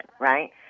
right